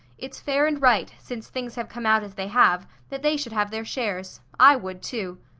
it's fair and right, since things have come out as they have, that they should have their shares. i would, too.